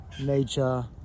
Nature